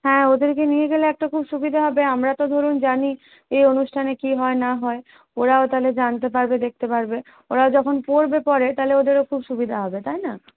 হ্যাঁ ওদেরকে নিয়ে গেলে একটা খুব সুবিধা হবে আমরা তো ধরুন জানি এই অনুষ্ঠানে কী হয় না হয় ওরাও তাহলে জানতে পারবে দেখতে পারবে ওরা যখন পড়বে পরে তাহলে ওদেরও খুব সুবিধা হবে তাই না